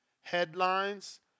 headlines